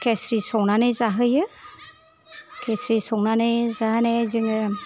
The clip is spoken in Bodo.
खेस्रि संनानै जाहोयो खेस्रि संनानै जाहोनानै जोङो